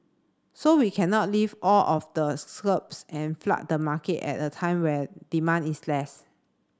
so we cannot lift all of the and flood the market at a time when demand is less